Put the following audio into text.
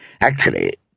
Actually